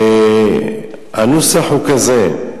הנוסח הוא כזה,